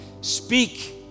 Speak